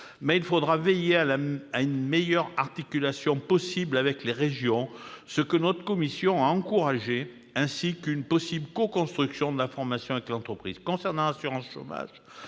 Mais il faudra veiller à la meilleure articulation possible avec les régions, ce que notre commission a encouragé, ainsi qu'à une possible coconstruction de la formation avec l'entreprise. Concernant l'assurance chômage,